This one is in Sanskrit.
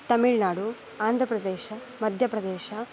तमिल्नाडु आन्ध्रप्रदेश मध्यप्रदेश